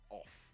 off